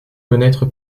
connaître